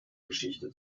geschichte